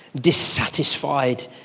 dissatisfied